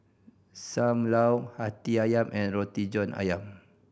Sam Lau Hati Ayam and Roti John Ayam